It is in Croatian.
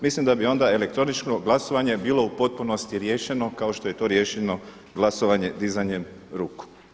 Mislim da bi onda elektroničko glasovanje bilo u potpunosti riješeno kao što je to riješeno glasovanje dizanjem ruku.